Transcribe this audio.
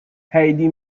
heidi